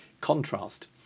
contrast